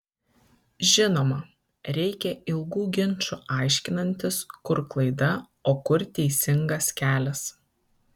žinoma reikia ilgų ginčų aiškinantis kur klaida o kur teisingas kelias